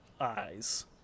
eyes